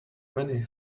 many